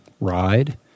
ride